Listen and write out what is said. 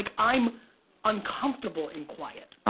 like i'm uncomfortable in quiet.